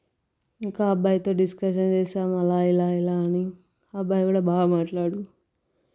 ఇంకా అబ్బాయితో డిస్కసన్ చేశాం అలా ఇలా ఇలా అని అబ్బాయి కూడా బాగా మాట్లాడాడు